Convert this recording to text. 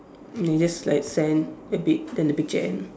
then just like sand a bit then the picture end